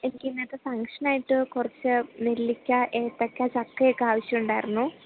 എനിക്ക് ഇന്നത്തെ ഫങ്ക്ഷനായിട്ട് കുറച്ച് നെല്ലിക്ക ഏത്തയ്ക്ക ചക്കയൊക്കെ ആവശ്യം ഉണ്ടായിരുന്നു